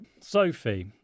sophie